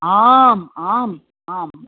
आम् आम् आम्